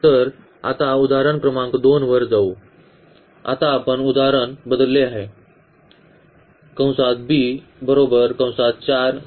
तर आता उदाहरण क्रमांक 2 वर जाऊ आता आपण उदाहरण बदलले आहे